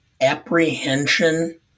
apprehension